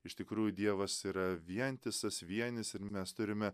iš tikrųjų dievas yra vientisas vienis ir mes turime